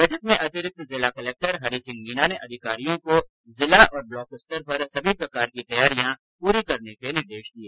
बैठक में अतिरिक्त जिला कलक्टर हरि सिँह मीना ने अधिकारियों को जिला और ब्लॉक स्तर पर सभी प्रकार की तैयारियां समय पर पूरी करने के निर्देश दिए